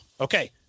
Okay